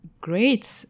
great